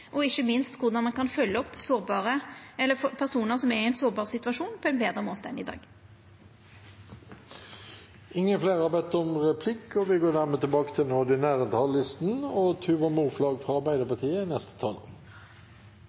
og ikkje minst korleis ein kan følgja opp personar som er i ein sårbar situasjon, på ein betre måte enn i dag. Replikkordskiftet er omme. De talere som heretter får ordet, har også en taletid på inntil 3 minutter. Det er ingen flere som har bedt om replikk,